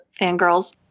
fangirls